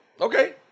Okay